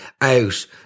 out